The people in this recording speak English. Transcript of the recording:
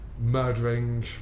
murdering